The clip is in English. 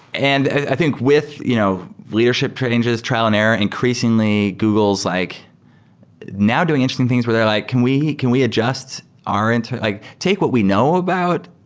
and i think with you know leadership trial and error, increasingly google's like now doing interesting things where they're like, can we can we adjust our and like take what we know about